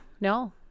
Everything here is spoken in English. no